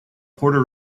puerto